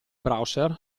browser